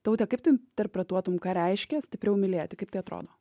taute kaip tu interpretuotum ką reiškia stipriau mylėti kaip tai atrodo